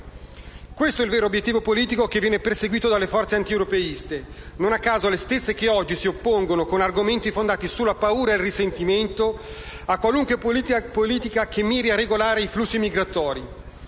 Questo è il vero obiettivo politico che viene perseguito dalle forze antieuropeiste, che non a caso sono le stesse che oggi si oppongono, con argomenti fondati sulla paura e sul risentimento, a qualunque politica che miri a regolare i flussi migratori.